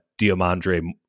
Diamandre